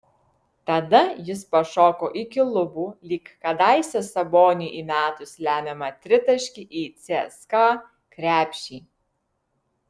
tada jis pašoko iki lubų lyg kadaise saboniui įmetus lemiamą tritaškį į cska krepšį